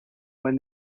when